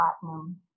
Platinum